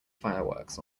fireworks